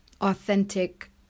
authentic